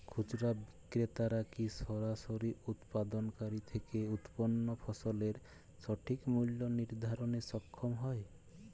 খুচরা বিক্রেতারা কী সরাসরি উৎপাদনকারী থেকে উৎপন্ন ফসলের সঠিক মূল্য নির্ধারণে সক্ষম হয়?